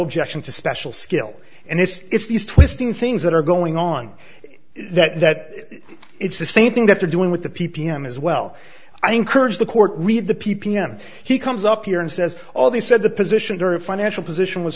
objection to special skill and it's these twisting things that are going on that it's the same thing that they're doing with the p p m as well i encourage the court read the p p m he comes up here and says all the said the position there are financial position was